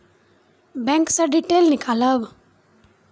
Bank से detail नीकालव?